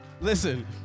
listen